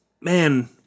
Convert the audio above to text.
Man